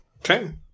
Okay